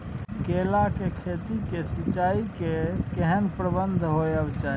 केला के खेती के लेल सिंचाई के केहेन प्रबंध होबय के चाही?